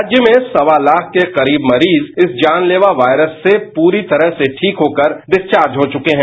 राज्य में सवा ताख के करीब मरीज इस जानलेवा वायरस से पूरी तरह से ठीक हो कर डिस्वार्ज हो चुके हैं